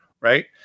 right